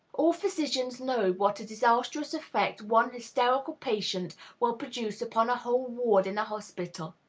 all physicians know what a disastrous effect one hysterical patient will produce upon a whole ward in a hospital.